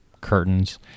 curtains